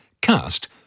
cast